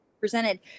presented